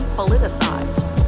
politicized